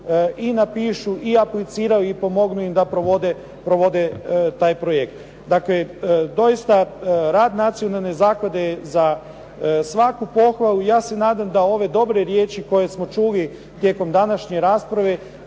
i napišu i apliciraju i pomognu im da provode, provode taj projekt. Dakle, doista, rad nacionale zaklade je za svaku pohvalu, ja se nadam da ove dobre riječi koje smo čuli tijekom današnje rasprave